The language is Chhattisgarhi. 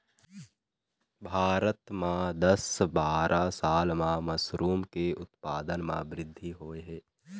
भारत म दस बारा साल म मसरूम के उत्पादन म बृद्धि होय हे